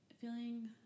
feeling